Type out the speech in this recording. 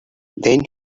then